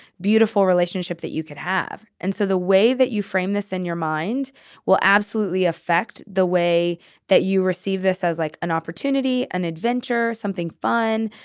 beautiful relationship that you could have. and so the way that you frame this in your mind will absolutely affect the way that you receive this as like an opportunity, an adventure, something fun,